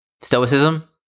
stoicism